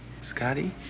Scotty